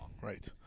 Right